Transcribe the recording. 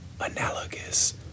analogous